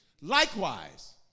Likewise